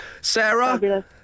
Sarah